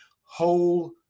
whole